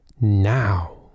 now